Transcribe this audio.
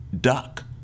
Duck